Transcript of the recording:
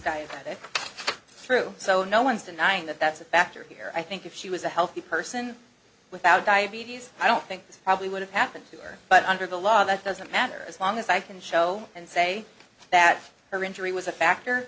through so no one's denying that that's a factor here i think if she was a healthy person without diabetes i don't think that probably would have happened to her but under the law that doesn't matter as long as i can show and say that her injury was a factor